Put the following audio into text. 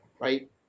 right